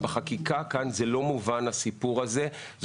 בחקיקה כאן הסיפור הזה לא מובן.